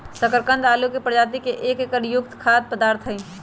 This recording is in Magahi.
शकरकंद आलू के प्रजाति के एक जड़ युक्त खाद्य पदार्थ हई